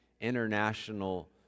international